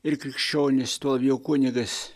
ir krikščionys tuo jo kunigas